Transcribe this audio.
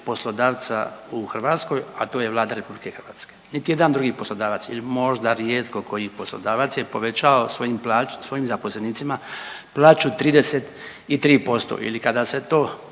poslodavca u Hrvatskoj, a to je Vlada RH, niti jedan drugi poslodavac ili možda rijetko koji poslodavac je povećao svojim zaposlenicima plaću 33% ili kada se to